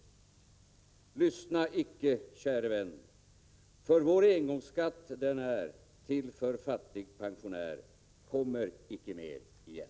Lyssna icke, käre vän, till för fattig pensionär, kommer icke mer igen.